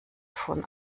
von